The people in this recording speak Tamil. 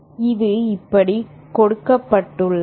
இது இப்படி கொடுக்கப்பட்டுள்ளது